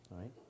right